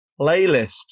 Playlist